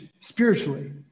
spiritually